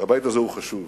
והבית הזה הוא חשוב,